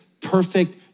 perfect